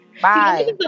Bye